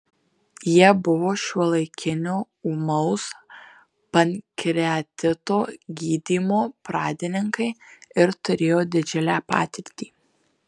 jie buvo šiuolaikinio ūmaus pankreatito gydymo pradininkai ir turėjo didžiulę patirtį